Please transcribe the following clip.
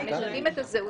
שמשנים את הזהות.